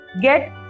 get